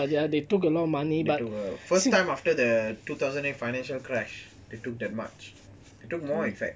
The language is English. they took a lot first time after the two thousand eight financial crash they took that much they took more in fact